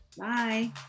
Bye